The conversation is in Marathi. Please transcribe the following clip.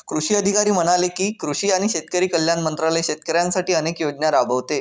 कृषी अधिकारी म्हणाले की, कृषी आणि शेतकरी कल्याण मंत्रालय शेतकऱ्यांसाठी अनेक योजना राबवते